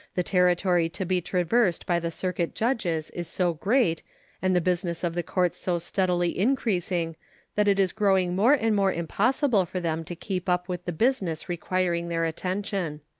the territory to be traversed by the circuit judges is so great and the business of the courts so steadily increasing that it is growing more and more impossible for them to keep up with the business requiring their attention.